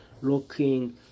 looking